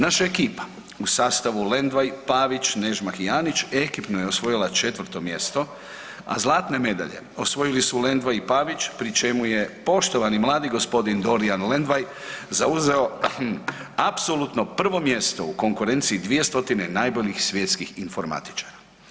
Naša ekipa u sastavu Lendvaj, Pavić, Nežmah i Anić ekipno je osvojila 4 mjesto, a zlatne medalje osvojili su Ledvaj i Pavić pri čemu je poštovani mladi gospodin Dorijan Lendvaj zauzeo apsolutno prvo mjesto u konkurenciji 200 najboljih svjetskih informatičara.